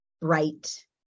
bright